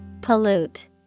Pollute